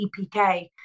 EPK